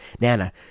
Nana